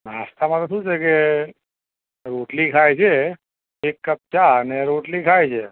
નાસ્તામાં તો શું છે કે રોટલી ખાય છે એક કપ ચા અને રોટલી ખાય છે